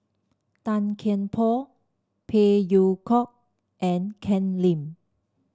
Tan Kian Por Phey Yew Kok and Ken Lim